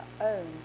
own